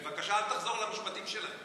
בבקשה, אל תחזור למשפטים שלהם.